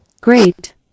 Great